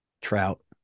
trout